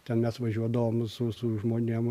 ten mes važiuodavom su su žmonėm